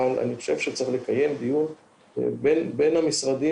אבל אני חושב שצריך לקיים דיון בין המשרדים